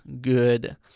good